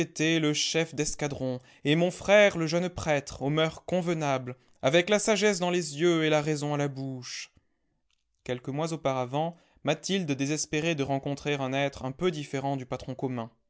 le chef d'escadron et mon frère le jeune prêtre aux moeurs convenables avec la sagesse dans les yeux et la raison à la bouche quelques mois auparavant mathilde désespérait de rencontrer un être un peu différent du patron commun